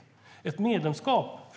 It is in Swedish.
Fru talman! Jag tror att ett medlemskap